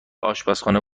آشپزخانه